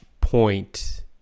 point